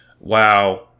Wow